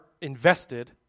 invested